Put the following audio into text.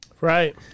Right